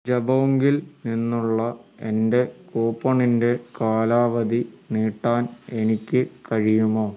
ജബോംഗിൽ നിന്നുള്ള എൻ്റെ കൂപ്പണിൻ്റെ കാലാവധി നീട്ടാൻ എനിക്ക് കഴിയുമോ